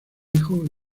hijo